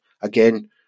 again